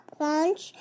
lunch